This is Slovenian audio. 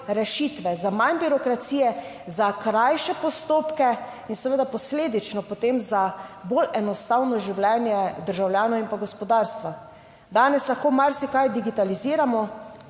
rešitve za manj birokracije, za krajše postopke in seveda posledično potem za bolj enostavno življenje državljanov in gospodarstva. Danes lahko marsikaj digitaliziramo.